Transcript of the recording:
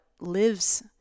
lives